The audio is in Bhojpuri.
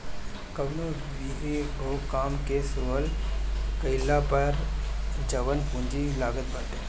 कवनो भो काम के शुरू कईला पअ जवन पूंजी लागत बाटे